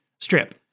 Strip